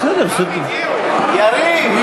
יריב, די.